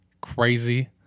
crazy